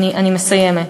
אני מסיימת.